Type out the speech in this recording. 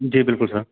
जी बिल्कुल सर